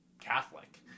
Catholic